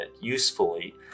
usefully